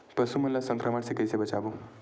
पशु मन ला संक्रमण से कइसे बचाबो?